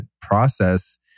process